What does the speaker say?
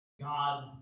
God